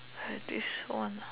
!hais! this one ah